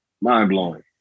Mind-blowing